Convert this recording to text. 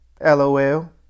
LOL